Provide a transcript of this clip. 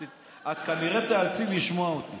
את כנראה תיאלצי לשמוע אותי.